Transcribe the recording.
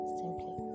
simply